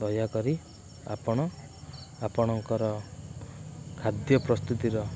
ଦୟାକରି ଆପଣ ଆପଣଙ୍କର ଖାଦ୍ୟ ପ୍ରସ୍ତୁତିର